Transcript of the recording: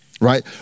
right